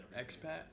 expat